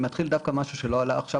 אני מתחיל דווקא במשהו שלא עלה עכשיו